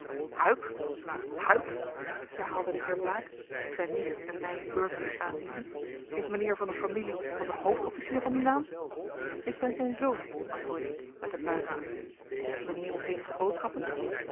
huyck huyck herhaalde de heer blaek zijn nicht en mij beurtelings aanziende is mijnheer van de familie van den hoofdofficier van dien naam ik ben zijn zoon antwoordde ik met een buiging heeft mijnheer ook eenige boodschappen